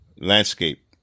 landscape